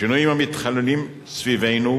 השינויים המתחוללים סביבנו